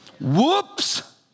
Whoops